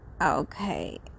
Okay